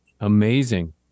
amazing